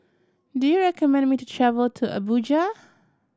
do you recommend me to travel to Abuja